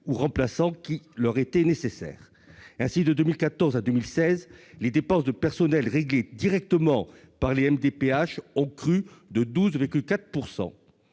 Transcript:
ou remplaçants nécessaires. Ainsi, de 2014 à 2016, les dépenses de personnel réglées directement par les MDPH ont crû de 12,4 %.